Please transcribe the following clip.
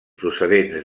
procedents